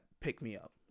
pick-me-up